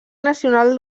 nacional